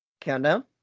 Countdown